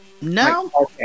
no